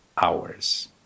hours